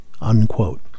unquote